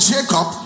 Jacob